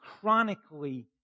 chronically